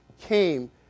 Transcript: came